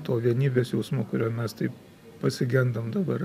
tuo vienybės jausmu kurio mes taip pasigendam dabar